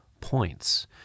points